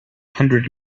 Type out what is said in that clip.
hundred